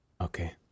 Okay